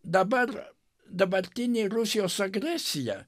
dabar dabartinė rusijos agresija